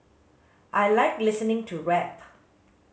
I like listening to rap